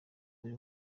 buri